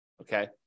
okay